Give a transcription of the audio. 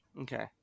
Okay